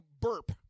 burp